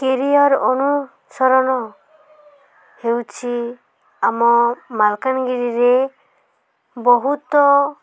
career ଅନୁସରଣ ହେଉଛି ଆମ ମାଲକାନଗିରିରେ ବହୁତ